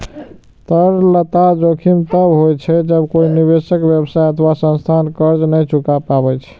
तरलता जोखिम तब होइ छै, जब कोइ निवेशक, व्यवसाय अथवा संस्थान कर्ज नै चुका पाबै छै